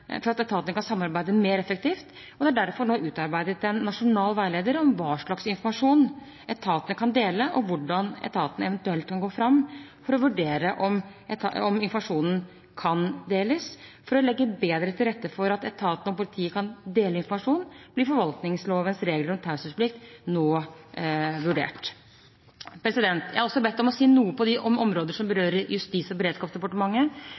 for at etatene kan samarbeide mer effektivt. Det er derfor nå utarbeidet en nasjonal veileder om hva slags informasjon etatene kan dele, og hvordan etatene eventuelt kan gå fram for å vurdere om informasjonen kan deles. For å legge bedre til rette for at etatene og politiet kan dele informasjon, blir forvaltningslovens regler om taushetsplikt nå vurdert. Jeg er også bedt om å si noe om områder som berører Justis- og beredskapsdepartementet.